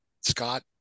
Scott